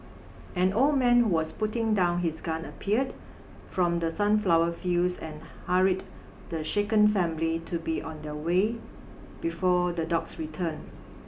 an old man who was putting down his gun appeared from the sunflower fields and hurried the shaken family to be on their way before the dogs return